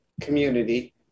community